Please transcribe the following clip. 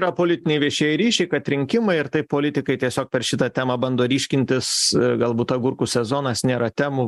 yra politiniai viešieji ryšiai kad rinkimai ir taip politikai tiesiog per šitą temą bando ryškintis galbūt agurkų sezonas nėra temų